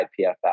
IPFS